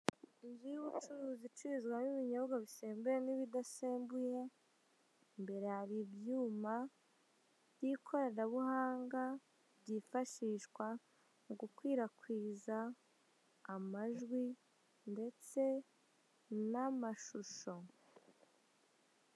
Inzu y'ubucuruzi icururizwamo ibinyobwa bisembuye n'ibidasembuye, imbere hari ibyuma by'ikoranabuhanga byifashishwa mu gukwirakwiza amajwi ndetse n'amashusho.